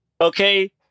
Okay